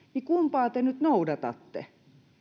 kumpaa te nyt noudatatte